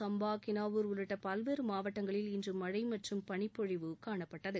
சம்பா கினாவூர் உள்ளிட்ட பல்வேறு மாவட்டங்களில் இன்று மழை மற்றும் பனிப்பொழிவு காணப்படுகிறது